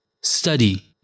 Study